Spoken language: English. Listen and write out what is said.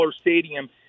stadium